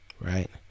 Right